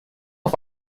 auf